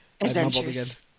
Adventures